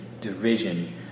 Division